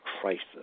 crisis